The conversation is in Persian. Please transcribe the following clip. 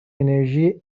انرژی